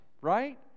right